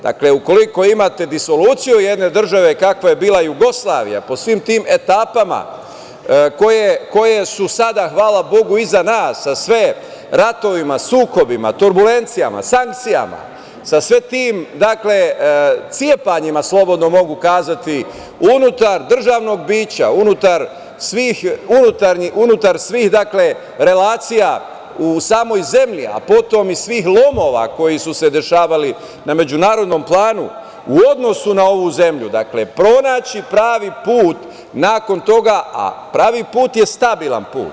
Dakle, ukoliko imate disoluciju jedne države kakva je bila Jugoslavija po svim tim etapama koje su sada, hvala Bogu, iza nas, sa sve ratovima, sukobima, turbulencijama, sankcijama, sa svim tim cepanjima, slobodno mogu kazati, unutar državnog bića, unutar svih relacija u samoj zemlji, a potom i svih lomova koji su se dešavali na međunarodnom planu u odnosu na ovu zemlju, dakle pronaći pravi put nakon toga, a pravi put je stabilan put.